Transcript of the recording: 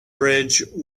bridge